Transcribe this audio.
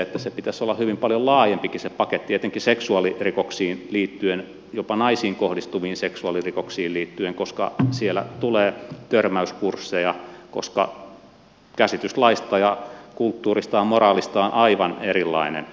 sen paketin pitäisi olla hyvin paljon laajempikin etenkin seksuaalirikoksiin liittyen jopa naisiin kohdistuviin seksuaalirikoksiin liittyen koska siellä tulee törmäyskursseja koska käsitys laista ja kulttuurista ja moraalista on aivan erilainen